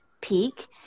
peak